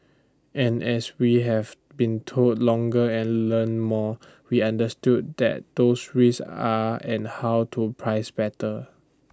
and as we have been told longer and learn more we understood what those risks are and how to price better